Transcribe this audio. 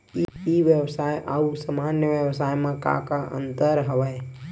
ई व्यवसाय आऊ सामान्य व्यवसाय म का का अंतर हवय?